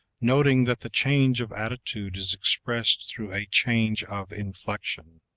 noting that the change of attitude is expressed through a change of inflection.